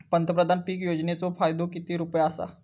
पंतप्रधान पीक योजनेचो फायदो किती रुपये आसा?